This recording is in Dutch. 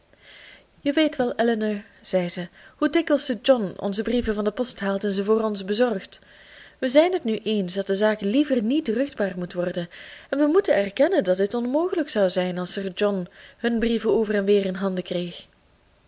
je weet wel elinor zei ze hoe dikwijls sir john onze brieven van de post haalt en ze voor ons bezorgt we zijn het nu eens dat de zaak liever niet ruchtbaar moet worden en we moeten erkennen dat dit onmogelijk zou zijn als sir john hunne brieven over en weer in handen kreeg